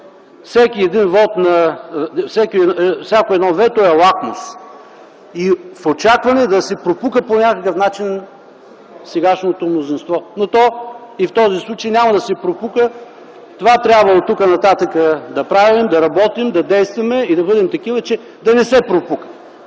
всяко едно вето, е лакмус в очакване да се пропука по някакъв начин сегашното мнозинство, но то и в този случай няма да се пропука. Това трябва оттук нататък да правим – да работим, да действаме и да бъдем такива, че да не се пропука.